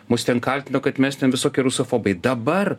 mus ten kaltino kad mes ten visokie rusofobai dabar